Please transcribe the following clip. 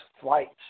flights